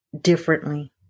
differently